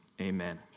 Amen